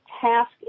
task